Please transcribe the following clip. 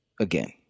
again